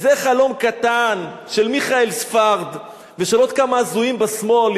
זה חלום קטן של מיכאל ספרד ושל עוד כמה הזויים בשמאל,